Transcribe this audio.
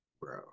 bro